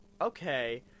okay